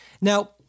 Now